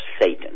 Satan